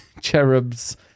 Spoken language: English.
cherub's